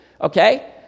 okay